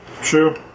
True